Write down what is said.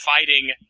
fighting